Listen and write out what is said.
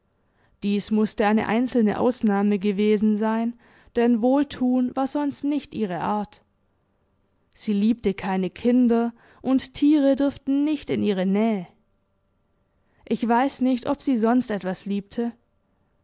dies mußte eine einzelne ausnahme gewesen sein denn wohltun war sonst nicht ihre art sie liebte keine kinder und tiere durften nicht in ihre nähe ich weiß nicht ob sie sonst etwas liebte